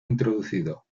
introducido